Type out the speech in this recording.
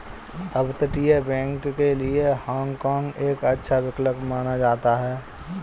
अपतटीय बैंक के लिए हाँग काँग एक अच्छा विकल्प माना जाता है